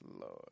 Lord